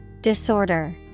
Disorder